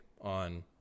on